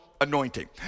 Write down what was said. Anointing